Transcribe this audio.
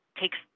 takes